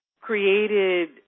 created